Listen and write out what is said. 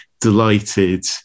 delighted